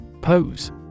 Pose